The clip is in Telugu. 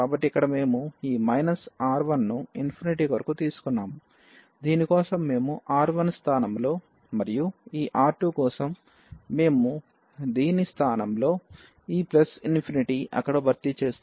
కాబట్టి ఇక్కడ మేము ఈ R1 ను కొరకు తీసుకున్నాము దీని కోసం మేము R1 స్థానంలో మరియు ఈ R2 కోసం మేము దీని స్థానంలో ఈ ∞ అక్కడ భర్తీ చేసాము